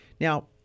Now